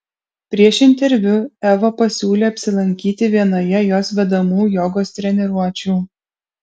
prieš interviu eva pasiūlė apsilankyti vienoje jos vedamų jogos treniruočių